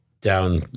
down